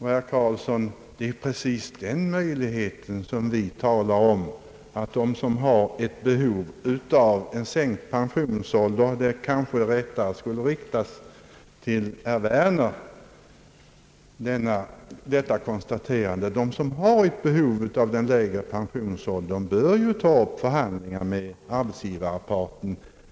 Jag vill säga till herr Carlsson — eller kanske rättare till herr Werner — att det är precis den möjligheten som vi talar om. De som har ett behov av en sänkt pensionsålder bör ta upp förhandlingar med arbetsgivarparten.